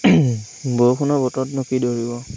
বৰষুণৰ বতৰতনো কি দৌৰিব